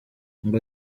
ngo